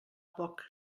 poc